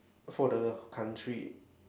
for the country